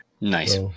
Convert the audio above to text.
Nice